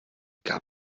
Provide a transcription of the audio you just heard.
gab